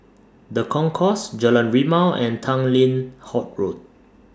The Concourse Jalan Rimau and Tanglin Halt Road